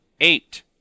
eight